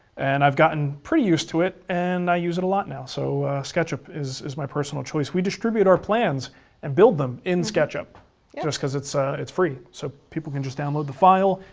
and i've gotten pretty used to it, and i use it a lot now, so sketchup is is my personal choice. we distribute our plans and build them in sketchup just because it's it's free, so people can just download the file.